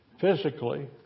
physically